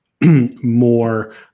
more